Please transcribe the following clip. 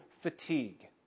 fatigue